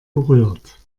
berührt